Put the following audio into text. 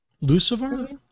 Lucifer